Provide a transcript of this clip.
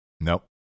Nope